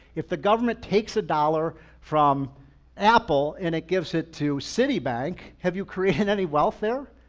if the government takes a dollar from apple and it gives it to citibank, have you created any welfare?